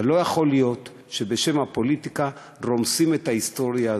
לא יכול להיות שבשם הפוליטיקה רומסים את ההיסטוריה הזאת.